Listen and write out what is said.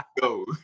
go